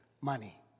money